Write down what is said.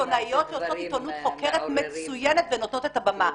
עיתונאיות שעושות עיתונות חוקרת מצוינת ונותנות את הבמה.